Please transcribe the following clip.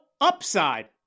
upside